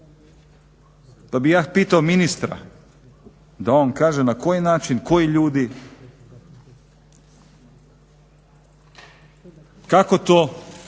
pa bih ja pitao ministra da on kaže na koji način, koji ljudi, kako to